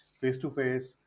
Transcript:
face-to-face